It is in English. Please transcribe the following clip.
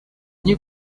new